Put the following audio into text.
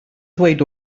ddweud